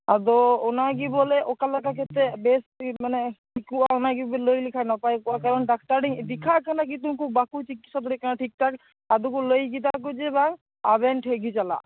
ᱟᱫᱚ ᱚᱱᱟᱜᱮ ᱵᱚᱞᱮ ᱚᱠᱟ ᱞᱮᱠᱟ ᱠᱟᱛᱮ ᱵᱮᱥᱛᱮ ᱢᱟᱱᱮ ᱴᱷᱤᱠᱚᱜᱼᱟ ᱚᱱᱟᱜᱮ ᱞᱟᱹᱭ ᱞᱮᱠᱷᱟᱱ ᱱᱟᱯᱟᱭ ᱠᱚᱜᱼᱟ ᱠᱟᱨᱚᱱ ᱰᱟᱠᱛᱟᱨᱤᱧ ᱫᱮᱠᱷᱟ ᱠᱟᱱᱟ ᱠᱤᱱᱛᱩ ᱩᱱᱠᱩ ᱵᱟᱠᱚ ᱪᱤᱠᱤᱥᱟ ᱫᱟᱲᱮ ᱠᱟᱱᱟ ᱴᱷᱤᱠᱴᱷᱟᱠ ᱟᱫᱳᱠᱚ ᱞᱟᱹᱭ ᱠᱮᱫᱟ ᱠᱚ ᱡᱮ ᱵᱟᱝ ᱟᱵᱮᱱ ᱴᱷᱮᱱᱜᱮ ᱪᱟᱞᱟ